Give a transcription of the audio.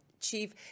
chief